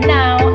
now